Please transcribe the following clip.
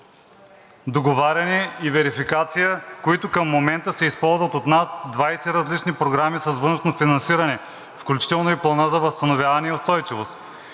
договаряне и верификация, които към момента се използват от над 20 различни програми с външно финансиране, включително и Плана за възстановяване и устойчивост.